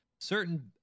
certain